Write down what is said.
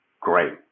Great